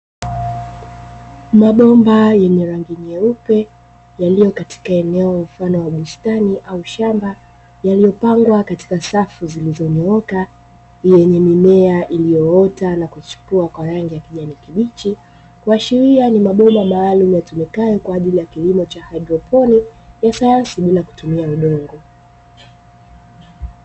Mabomba yenye rangi nyeupe yaliyo katika eneo mfano wa bustani au shamba yaliyopangwa katika safu zilizonyooka zenye mimea iliyoota na kuchipua kwa rangi ya kijani kibichi. Kuashiria ni mabomba maalumu yatumikayo kwa ajili ya kilimo cha haidroponi ya sayansi bila kutumia udongo.